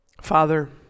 Father